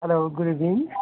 hello good evening